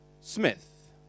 Smith